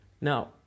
Now